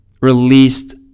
released